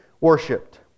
worshipped